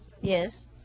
yes